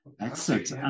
Excellent